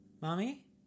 Mommy